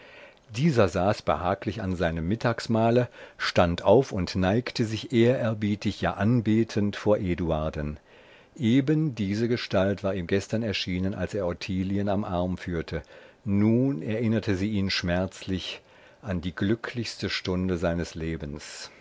dieser saß behaglich an seinem mittagsmahle stand auf und neigte sich ehrerbietig ja anbetend vor eduarden eben diese gestalt war ihm gestern erschienen als er ottilien am arm führte nun erinnerte sie ihn schmerzlich an die glücklichste stunde seines lebens